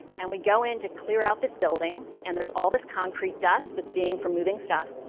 and we go in to clear out this building, and there's all this concrete dust that's being for moving stuff.